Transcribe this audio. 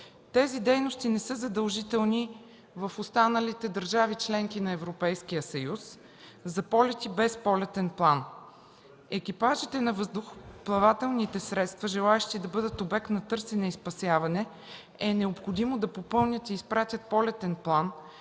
Тези дейности не са задължителни в останалите държави – членки на Европейския съюз, за полети без полетен план. Екипажите на въздухоплавателните средства, желаещи да бъдат обект на търсене и спасяване, е необходимо да попълнят и изпратят полетен план,